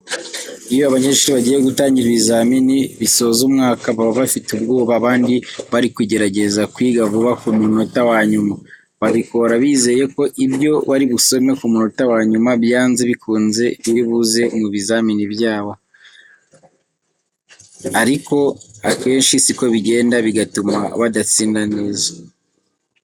Iyo abanyeshuri bagiye gutangira ibizamini bisoza umwaka, baba bafite ubwoba, abandi bari kugerageza kwiga vuba ku munota wanyuma. Babikora bizeye ko ibyo bari busome ku monota wanyuma byanze bikunze biri buze mu bizamini byabo, ariko akenshi siko bigenda, bigatuma badatsinda neza.